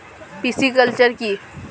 Pisciculture কি?